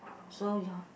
so your